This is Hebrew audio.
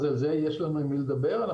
יש לנו עם מי לדבר?